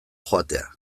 joatea